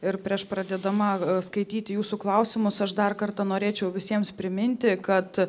ir prieš pradėdama skaityti jūsų klausimus aš dar kartą norėčiau visiems priminti kad